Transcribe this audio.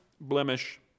blemish